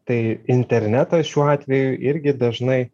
tai internetas šiuo atveju irgi dažnai